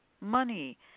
money